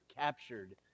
captured